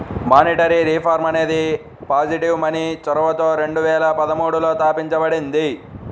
monetary reform అనేది positive money చొరవతో రెండు వేల పదమూడులో తాపించబడింది